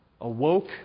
awoke